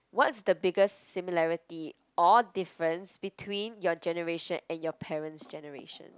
what's the biggest similarity or difference between your generation and your parent's generation